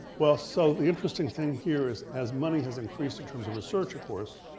well so the interesting thing here is, as money has increased in terms of research, of course,